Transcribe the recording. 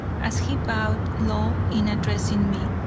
as he bowed low in addressing me,